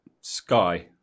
Sky